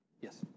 Yes